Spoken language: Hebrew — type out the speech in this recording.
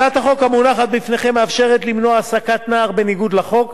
הצעת החוק המונחת בפניכם מאפשרת למנוע העסקת נער בניגוד לחוק,